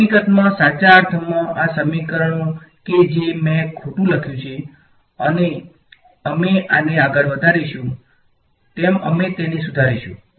હકીકતમાં સાચા અર્થમાં આ સમીકરણો કે જે મેં ખોટું લખ્યું છે અને અમે આને આગળ વધારીશું તેમ અમે તેને સુધારીશું